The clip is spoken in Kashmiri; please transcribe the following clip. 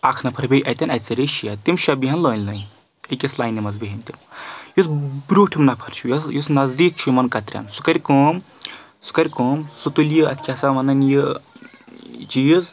اکھ نفر بیٚیہِ اَتؠن اَتہِ ہُرے شےٚ تِم شےٚ بِہِن لٲنہِ لٲنہِ أکِس لاینہِ منٛز بیٚہن تِم یُس بروٹھِم نَفَر چھُ یۄس یُا نزدیٖک چھُ یِمَن کَترین سُہ کَرِ کٲم سُہ کَرِ کٲم سُہ تُلہِ یہِ اَتھ کیاہ سہَ وَنان یہِ چیٖز